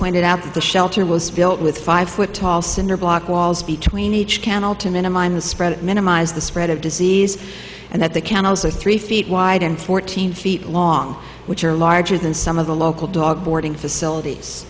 pointed out that the shelter was built with five foot tall cinderblock walls between each can all to minimize the spread minimize the spread of disease and that they can also three feet wide and fourteen feet long which are larger than some of the local dog boarding facilities